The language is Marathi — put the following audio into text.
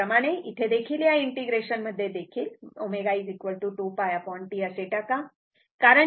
त्याचप्रमाणे इथे देखील या इंटिग्रेशन मध्ये देखील ω 2π T असे टाका